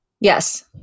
Yes